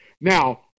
Now